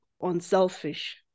unselfish